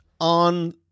on